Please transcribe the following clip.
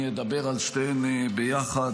אני אדבר על שתיהן יחד,